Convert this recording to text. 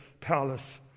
palace